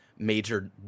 major